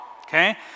okay